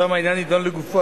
שם העניין יידון לגופו.